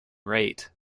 rate